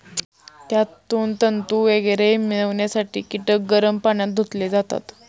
त्यातून तंतू वगैरे मिळवण्यासाठी कीटक गरम पाण्यात धुतले जातात